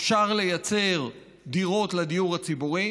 אפשר לייצר דירות לדיור הציבורי,